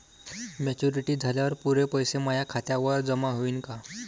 Maturity झाल्यावर पुरे पैसे माया खात्यावर जमा होईन का?